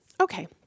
Okay